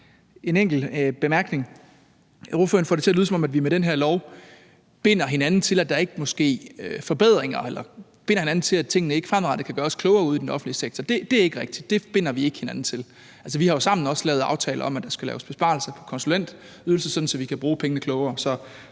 en enkelt bemærkning: Ordføreren får det til at lyde, som om vi med den her lov binder hinanden til, at der ikke må ske forbedringer, eller binder hinanden til, at tingene ikke fremadrettet kan gøres klogere ude i den offentlige sektor. Det er ikke rigtigt. Det binder vi ikke hinanden til. Vi har jo også sammen lavet aftale om, at der skal laves besparelser på konsulentydelser, sådan at vi kan bruge pengene klogere.